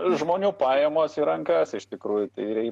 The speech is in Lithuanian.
žmonių pajamos į rankas iš tikrųjų tai